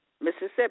Mississippi